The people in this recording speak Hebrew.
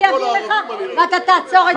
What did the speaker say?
אני אביא לך ואתה תעצור את זה,